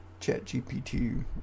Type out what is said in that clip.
ChatGPT